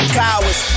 cowards